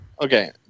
Okay